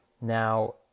now